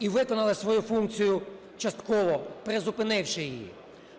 і виконали свою функцію частково, призупинивши її.